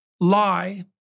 lie